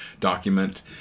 document